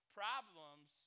problems